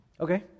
Okay